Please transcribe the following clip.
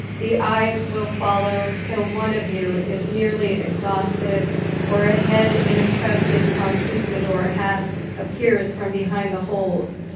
the eyes will follow til one of you is nearly exhausted or a head in a crested conquistador hat appears from behind the holes.